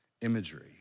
imagery